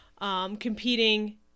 competing